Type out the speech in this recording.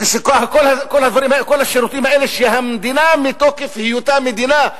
כשכל השירותים האלה של המדינה מתוקף היותה מדינה,